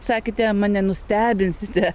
sakėte mane nustebinsite